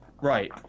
right